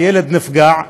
הילד נפגע,